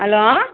hello